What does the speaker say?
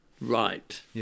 right